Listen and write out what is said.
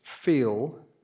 feel